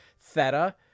Theta